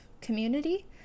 community